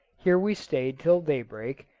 here we stayed till daybreak,